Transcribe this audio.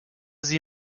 sie